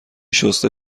شسته